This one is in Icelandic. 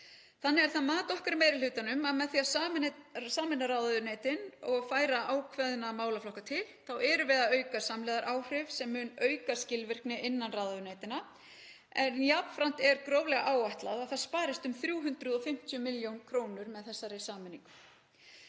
Þannig er það mat okkar í meiri hlutanum að með því að sameina ráðuneytin og færa ákveðna málaflokka til þá erum við að auka samlegðaráhrif sem mun auka skilvirkni innan ráðuneytanna en jafnframt er gróflega áætlað að það sparist um 350 millj. kr. með þessari sameiningu.